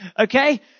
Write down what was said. Okay